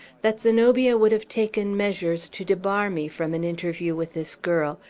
that zenobia would have taken measures to debar me from an interview with this girl,